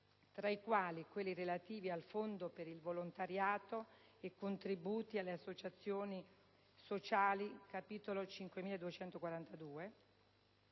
tra i quali quelli relativi al Fondo per il volontariato e contributi alle associazioni sociali (capitolo 5242),